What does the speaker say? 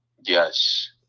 Yes